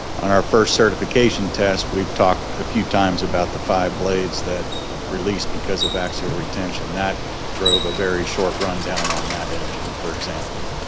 on our first certification test we've talked a few times about the five blades that release because of axial retention, that drove a very short rundown on that engine, for example.